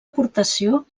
aportació